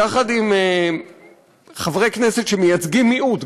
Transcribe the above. יחד עם חברי כנסת שמייצגים מיעוט,